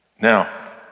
Now